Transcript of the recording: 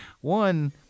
one